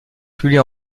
publie